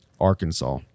Arkansas